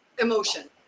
emotion